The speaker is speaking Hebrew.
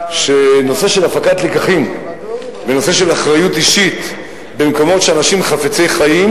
שהנושא של הפקת לקחים והנושא של אחריות אישית במקומות שאנשים חפצי חיים,